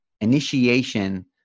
initiation